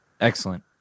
Excellent